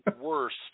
worst